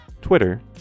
Twitter